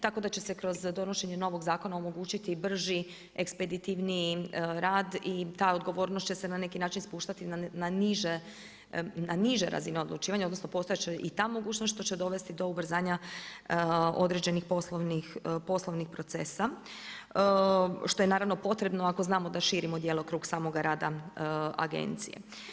Tako da će se kroz donošenje novog zakona omogućiti brži, ekspeditivniji rad i ta odgovornost će se na neki način spuštati na niže razine odlučivanja, odnosno postojati će i ta mogućnost, što će dovesti do ubrzanja određenih poslovnih procesa, što je naravno potrebno ako znamo da širimo djelokrug samoga rada agencije.